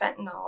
fentanyl